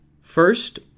First